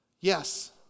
Yes